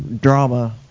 drama